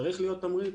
צריך להיות תמריץ,